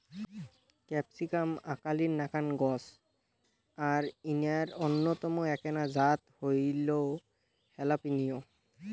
capsicum আকালির নাকান গছ আর ইঞার অইন্যতম এ্যাকনা জাত হইল হালাপিনিও